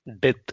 death